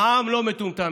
העם לא מטומטם.